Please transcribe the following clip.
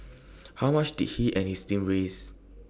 how much did he and his team raise